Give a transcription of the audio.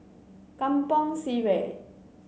Kampong Sireh